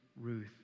Ruth